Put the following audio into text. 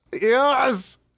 yes